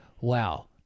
wow